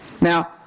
Now